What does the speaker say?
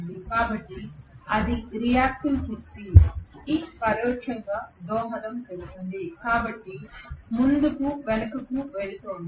కాబట్టి అది రియాక్టివ్ శక్తి కి పరోక్షంగా దోహదం చేస్తుంది కాబట్టి ఇది ముందుకు వెనుకకు వెళుతోంది